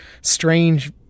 strange